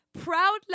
Proud